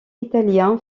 italien